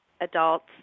adults